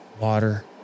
Water